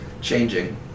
changing